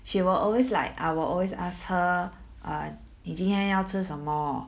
she will always like I will always ask her err 你今天要吃什么